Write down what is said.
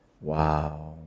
Wow